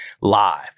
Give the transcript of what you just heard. live